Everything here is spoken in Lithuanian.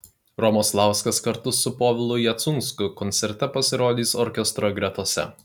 romoslauskas kartu su povilu jacunsku koncerte pasirodys orkestro gretose